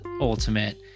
Ultimate